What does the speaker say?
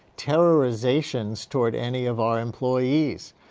terrorizations toward any of our employees.